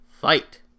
Fight